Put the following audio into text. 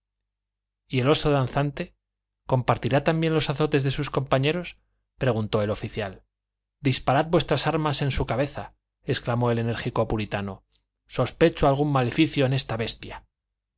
y el oso danzante compartirá también los azotes de sus compañeros preguntó el oficial disparad vuestras armas en su cabeza exclamó el enérgico puritano sospecho algún maleficio en esta bestia